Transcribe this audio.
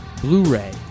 Blu-ray